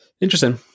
Interesting